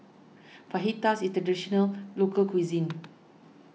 Fajitas is a Traditional Local Cuisine